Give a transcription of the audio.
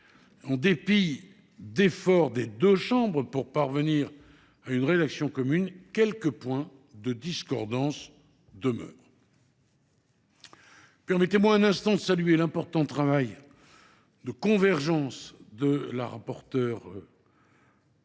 En dépit d’efforts des deux chambres pour parvenir à une rédaction commune, quelques points de discordance demeurent. Permettez moi un instant de saluer l’important travail de convergence menée par la rapporteure